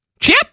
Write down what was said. chip